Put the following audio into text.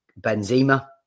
Benzema